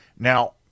Now